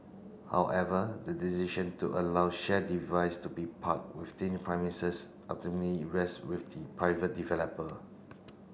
however the decision to allow shared device to be parked within the premises ultimately rests with the private developer